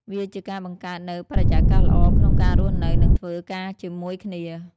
វាជាការបង្កើតនូវបរិយាកាសល្អក្នុងការរស់នៅ និងធ្វើការជាមួយគ្នា។